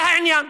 זה העניין,